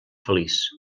feliç